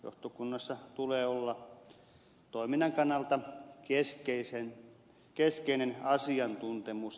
johtokunnassa tulee olla toiminnan kannalta keskeinen asiantuntemus